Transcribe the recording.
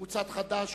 קבוצת חד"ש,